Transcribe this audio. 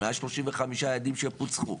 135 עדים שפוצחו,